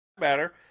matter